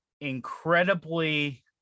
incredibly